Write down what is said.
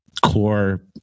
Core